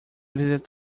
visit